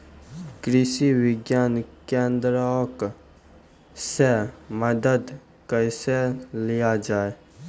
कृषि विज्ञान केन्द्रऽक से मदद कैसे लिया जाय?